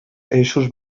eixos